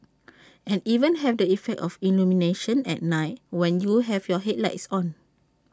and even have the effect of illumination at night when you have your headlights on